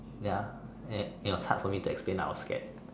ya an and it was hard for me to explain I was scared